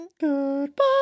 Goodbye